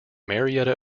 marietta